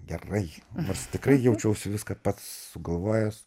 gerai nes tikrai jaučiausi viską pats sugalvojęs